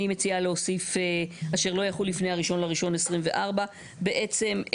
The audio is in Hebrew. אני מציעה להוסיף "אשר לא יכול לפני האחד בינואר 2024". בעצם,